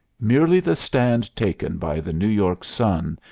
merely the stand taken by the new york sun,